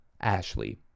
Ashley